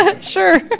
Sure